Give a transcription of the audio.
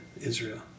Israel